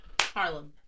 Harlem